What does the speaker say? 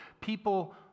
people